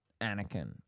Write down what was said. Anakin